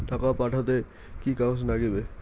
টাকা পাঠাইতে কি কাগজ নাগীবে?